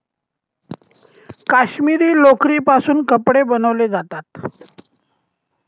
काश्मिरी लोकरीपासून कपडे बनवले जातात